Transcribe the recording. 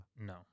No